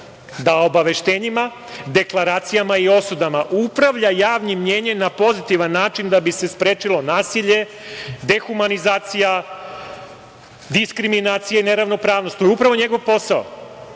da obaveštenjima, deklaracijama i osudama upravlja javnim mnjenjem na pozitivan način da bi se sprečilo nasilje, dehumanizacija, diskriminacija i neravnopravnost. To je upravo njegov posao.